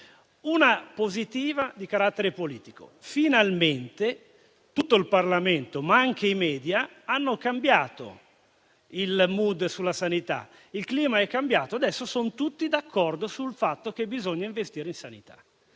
La prima, di carattere politico, è positiva: finalmente tutto il Parlamento, ma anche i *media*, hanno cambiato il *mood* sulla sanità. Il clima è cambiato, adesso sono tutti d'accordo sul fatto che bisogna investire in sanità.